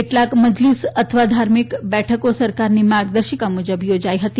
કેટલીક મસ્જીદ અથવા ધાર્મિક બેંકો સરકારની માર્ગદર્શિકા મુજબ યોજાઇ હતી